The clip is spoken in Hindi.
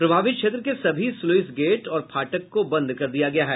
प्रभावित क्षेत्र के सभी स्लूईस गेट और फाटक को बंद कर दिया गया है